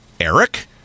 Eric